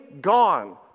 gone